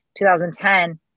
2010